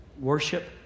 worship